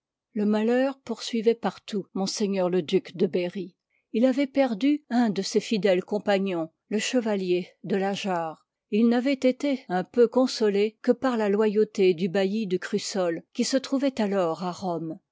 le malheur poursuivoit partout m le i part duc de berry il avoit perdu un de ses fidèles liv il compagnons le chevalier de lageard et il n'avoit été un peu consolé que par la loyauté du bailli de grussol qui se trouvoit alors à rome